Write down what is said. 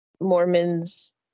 Mormons